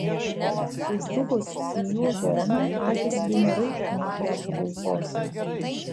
užsukus į jų zoną akys ima raibti nuo prekių gausos